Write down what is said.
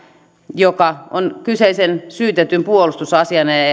joka on kyseisen syytetyn puolustusasianajaja